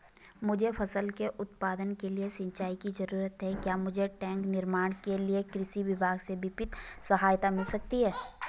मुझे फसल के उत्पादन के लिए सिंचाई की जरूरत है क्या मुझे टैंक निर्माण के लिए कृषि विभाग से वित्तीय सहायता मिल सकती है?